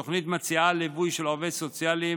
התוכנית מציעה ליווי של עובד סוציאלי,